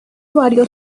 varios